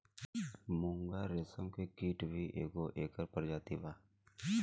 मूंगा रेशम के कीट भी एगो एकर प्रजाति बा